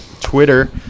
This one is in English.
Twitter